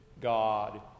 God